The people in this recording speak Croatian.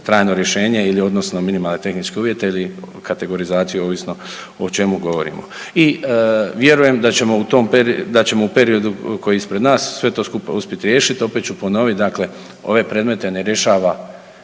trajno rješenje ili odnosno minimalne tehničke uvjete ili kategorizaciju ovisno o čemu govorimo. I vjerujem da ćemo u tom, da ćemo u periodu koji je ispred nas sve to skupa uspjeti riješiti. Opet ću ponoviti, dakle ove predmete ne rješava